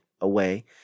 away